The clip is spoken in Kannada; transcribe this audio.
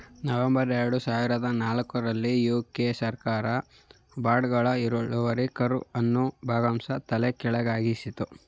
ನವೆಂಬರ್ ಎರಡು ಸಾವಿರದ ನಾಲ್ಕು ರಲ್ಲಿ ಯು.ಕೆ ಸರ್ಕಾರದ ಬಾಂಡ್ಗಳ ಇಳುವರಿ ಕರ್ವ್ ಅನ್ನು ಭಾಗಶಃ ತಲೆಕೆಳಗಾಗಿಸಿತ್ತು